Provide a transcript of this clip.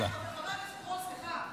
חבר הכנסת רול, סליחה.